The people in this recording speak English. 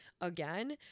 again